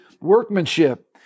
workmanship